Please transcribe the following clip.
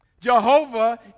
Jehovah